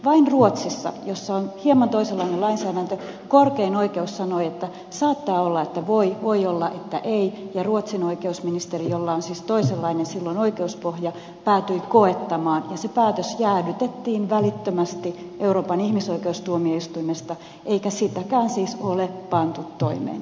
vain ruotsissa jossa on hieman toisenlainen lainsäädäntö korkein oikeus sanoi että voi olla että ei ja ruotsin oikeusministeri jolla on siis silloin toisenlainen oikeuspohja päätyi koettamaan ja se päätös jäädytettiin välittömästi euroopan ihmisoikeustuomioistuimesta eikä sitäkään siis ole pantu toimeen